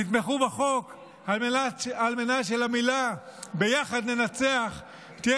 תתמכו בחוק על מנת שלמילים "ביחד ננצח" תהיה